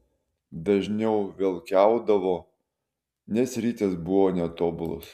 dažniau velkiaudavo nes ritės buvo netobulos